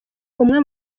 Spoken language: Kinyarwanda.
umwe